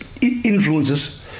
influences